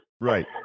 right